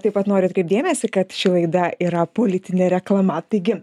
taip pat noriu atkreipt dėmesį kad ši laida yra politinė reklama taigi